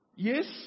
Yes